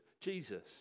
Jesus